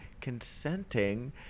consenting